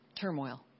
turmoil